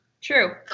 True